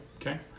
Okay